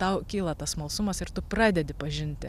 tau kyla tas smalsumas ir tu pradedi pažinti